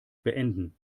beenden